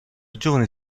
giovane